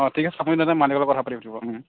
অ ঠিক আছে আপুনি তেতিয়াহ'লে মালিকৰ লগত কথা পাতি সুধিব ও